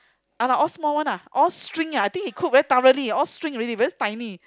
!han nah! all small one lah all shrink lah I think he cook very thoroughly all shrink already very tiny